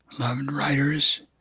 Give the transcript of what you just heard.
loved writers.